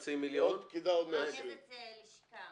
ועוד פקידה עוד 120,000. רכזת לשכה.